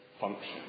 function